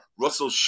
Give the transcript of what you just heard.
Russell